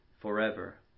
forever